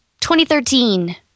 2013